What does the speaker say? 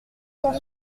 cent